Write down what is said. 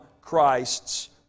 Christ's